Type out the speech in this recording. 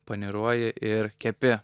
paniruoji ir kepi